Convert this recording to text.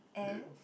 and